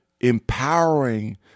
empowering